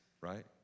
Right